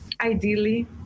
ideally